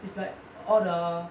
it's like all the